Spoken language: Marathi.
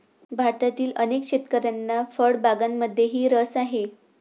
भारतातील अनेक शेतकऱ्यांना फळबागांमध्येही रस आहे